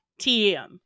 TM